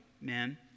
men